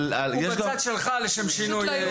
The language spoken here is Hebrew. הוא בצד שלך, לשם שינוי.